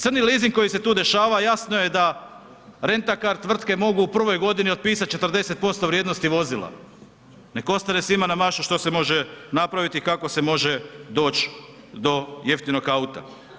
Crni lizing koji se tu dešava jasno je da rent a car tvrtke mogu u prvoj godini otpisat 40% vrijednosti vozila, nek ostane svima na mašu što se može napraviti i kako se može doći do jeftinog auta.